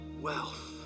Wealth